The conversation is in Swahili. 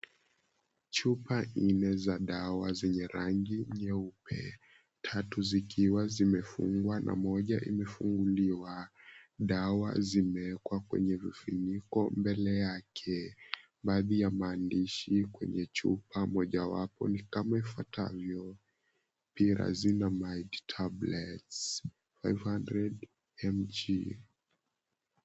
Chupa nne za dawa zenye rangi nyeupe, tatu zikiwa zimefungwa na moja imefunguliwa. Dawa zimewekwa kwenye vifuniko mbele yake. Baadhi ya maandishi kwenye chupa mojawapo ni kama ifuatavyo, "pyrazinamide tablets 500mg".